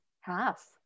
half